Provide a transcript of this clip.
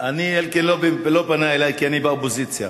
לא פנה אלי, כי אני באופוזיציה.